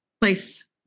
place